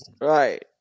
Right